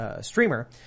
streamer